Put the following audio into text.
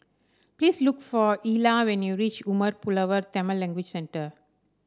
please look for Ilah when you reach Umar Pulavar Tamil Language Centre